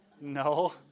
No